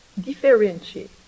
differentiate